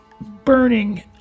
burning